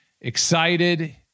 excited